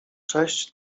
sześć